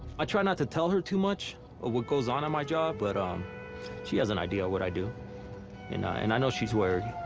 i try not to tell her too much of what goes on in my job but um she has an idea what i do you know and i know she's worried.